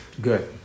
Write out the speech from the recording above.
Good